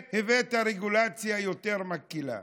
הבאת רגולציה יותר מקילה.